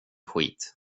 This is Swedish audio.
skit